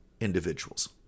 individuals